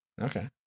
Okay